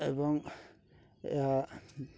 ଏବଂ ଏହା